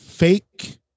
fake